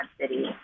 City